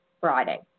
Friday